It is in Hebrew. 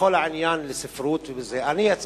בכל עניין הספרות וכו' שמעת